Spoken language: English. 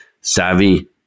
savvy